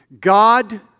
God